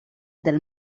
del